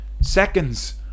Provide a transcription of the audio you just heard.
seconds